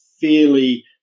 fairly